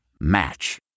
Match